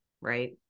right